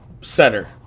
center